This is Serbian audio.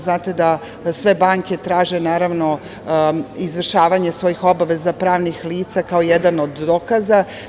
Znate da sve banke traže izvršavanje svojih obaveza pravnih lica kao jedan od dokaza.